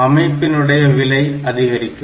இதனால் அமைப்பினுடைய விலை அதிகரிக்கும்